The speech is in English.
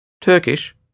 Turkish